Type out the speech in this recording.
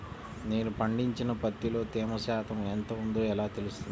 నేను పండించిన పత్తిలో తేమ శాతం ఎంత ఉందో ఎలా తెలుస్తుంది?